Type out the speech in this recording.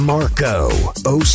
Marco